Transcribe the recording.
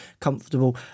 comfortable